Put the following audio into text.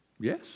Yes